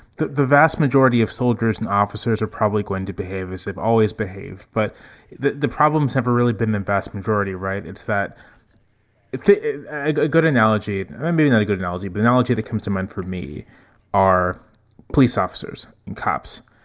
that the vast majority of soldiers and officers are probably going to behave as they always behave but the the problems have really been the vast majority. right. it's that it's a good analogy. i mean, a good analogy by but analogy that comes to mind for me are police officers and cops.